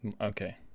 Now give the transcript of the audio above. Okay